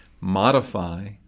modify